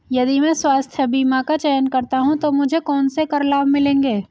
यदि मैं स्वास्थ्य बीमा का चयन करता हूँ तो मुझे कौन से कर लाभ मिलेंगे?